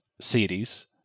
series